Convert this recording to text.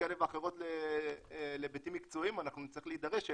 כאלה ואחרות להיבטים מקצועיים אנחנו נצטרך להידרש אליהן,